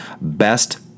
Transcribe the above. best